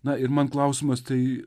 na ir man klausimas tai